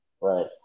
Right